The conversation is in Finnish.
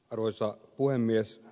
arvoisa puhemies